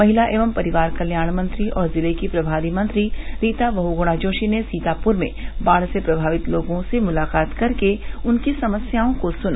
महिला एवं परिवार कल्याण मंत्री और जिले की प्रभारी मंत्री रीता बहगुणा जोशी ने सीतापुर में बाढ़ प्रभावित लोगों से मुलाकात कर उनकी समस्याओं को सुना